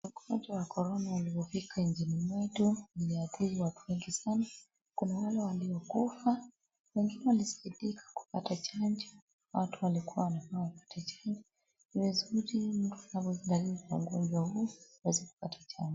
Ugonjwa wa korona ulipofika nchini mwetu, uliathiri watu wengi sana, kuna wale waliokufa, wengine wasaidika kupata chanjo, watu walikuwa wanavaa oksigeni, ni vizuri mtu kama ameathirika na ugonjwa huu aweze kupata chanjo.